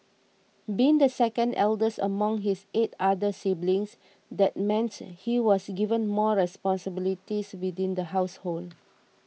being the second eldest among his eight other siblings that meant he was given more responsibilities within the household